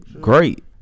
great